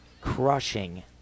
crushing